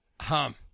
Hum